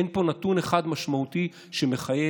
אין פה נתון אחד משמעותי שמחייב,